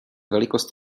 velikost